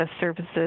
services